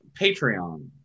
Patreon